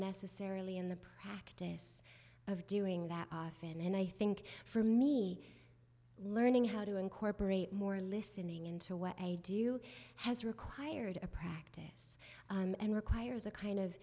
necessarily in the practice of doing that and i think for me learning how to incorporate more listening into what i do has required a practice and requires a kind of